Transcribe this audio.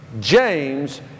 James